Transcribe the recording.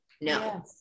No